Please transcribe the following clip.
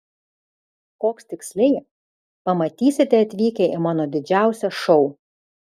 koks tiksliai pamatysite atvykę į mano didžiausią šou